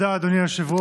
תודה, אדוני היושב-ראש.